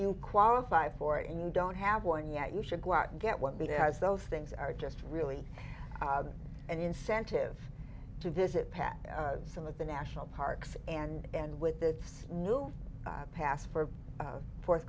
you qualify for it and you don't have one yet you should go out and get one but as those things are just really an incentive to visit pat some of the national parks and with the new pass for fourth